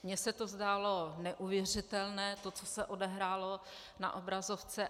Mně se zdálo neuvěřitelné to, co se odehrálo na obrazovce.